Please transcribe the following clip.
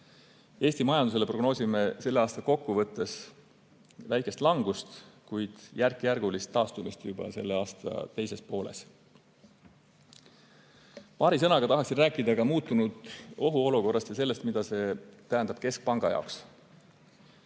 Eesti majandusele prognoosime selle aasta kokkuvõttes väikest langust, kuid järkjärgulist taastumist juba selle aasta teises pooles. Paari sõnaga tahaksin rääkida ka muutunud ohuolukorrast ja sellest, mida see tähendab keskpanga jaoks.